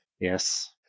yes